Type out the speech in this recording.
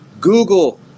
Google